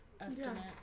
estimate